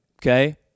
okay